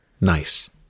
nice